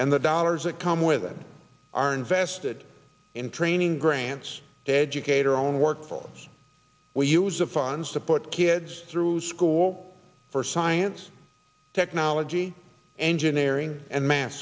and the dollars that come with it are invested in training grants to educate or own work for we use of funds to put kids through school for science technology engineering and ma